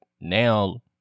now